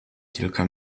kilka